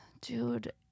Dude